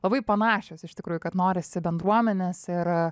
labai panašios iš tikrųjų kad norisi bendruomenės ir